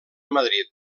madrid